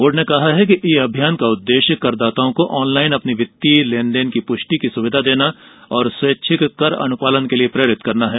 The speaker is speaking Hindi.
बोर्ड ने कहा कि ई अभियान का उद्देश्य करदाताओं को ऑनलाइन अपने वित्तीय लेन देन की प्रष्टि की सुविधा देना और स्वैच्छिक कर अनुपालन के लिए प्रेरित करना है